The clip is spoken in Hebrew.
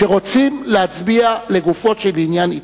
שרוצים להצביע לגופו של עניין אתך.